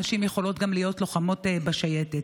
נשים יכולות להיות גם לוחמות בשייטת.